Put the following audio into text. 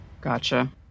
Gotcha